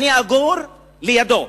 אני אגור לידו,